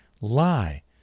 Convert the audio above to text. lie